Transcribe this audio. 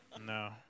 no